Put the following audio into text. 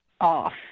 off